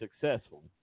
successful